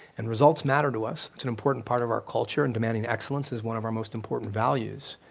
and results matter to us. it's an important part of our culture and demanding excellence is one of our most important values,